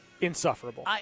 insufferable